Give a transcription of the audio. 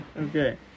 okay